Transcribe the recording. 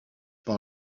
par